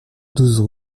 douze